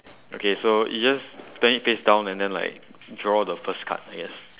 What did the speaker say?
okay so is just turn it face down and then like draw the first card I guess